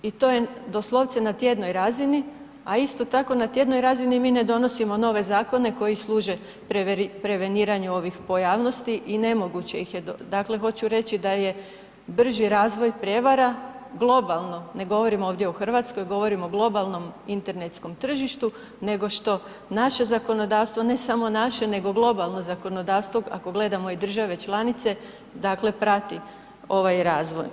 I to je doslovce na tjednoj razini, a isto tako na tjednoj razini mi ne donosimo nove zakone koji služe preveniranju ovih pojavnosti i nemoguće ih je, dakle hoću reći da je brži razvoj prijevara globalno, ne govorim ovdje o Hrvatskoj, govorim o globalnom internetskom tržištu nego što naše zakonodavstvo, ne samo naše nego globalno zakonodavstvo ako gledamo i države članice dakle prati ovaj razvoj.